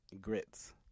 Grits